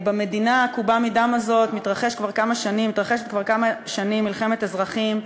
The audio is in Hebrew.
במדינה העקובה מדם הזאת מתרחשת כבר כמה שנים מלחמת אזרחים,